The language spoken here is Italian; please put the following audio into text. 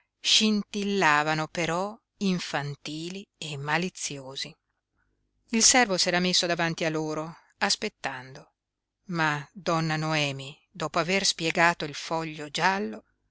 dorato scintillavano però infantili e maliziosi il servo s'era messo davanti a loro aspettando ma donna noemi dopo aver spiegato il foglio giallo